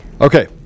okay